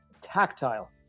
tactile